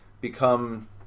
become